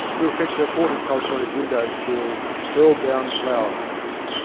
who affected horticulture on his window-sill, hurled down flower-pots.